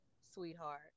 sweetheart